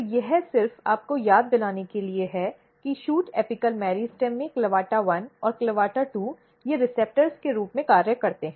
तो यह सिर्फ आपको याद दिलाने के लिए है कि शूट एपिकॅल मेरिस्टेम में CLAVATA1 और CLAVATA2 ये रिसेप्टर्स के रूप में कार्य करते हैं